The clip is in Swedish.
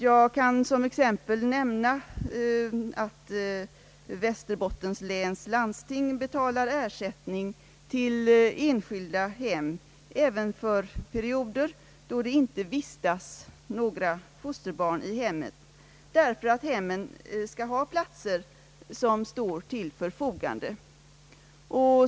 Jag kan som exempel nämna att Västerbottens läns landsting betalar ersättning till enskilda hem även för perioder då det inte vistas några fosterbarn i hemmen, därför att hemmen skall ha platser som står till förfogande.